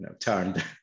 turned